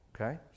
okay